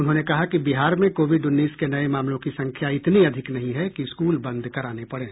उन्होंने कहा कि बिहार में कोविड उन्नीस के नए मामलों की संख्या इतनी अधिक नहीं है कि स्कूल बंद कराने पड़ें